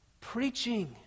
preaching